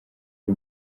uri